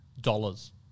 dollars